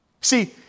See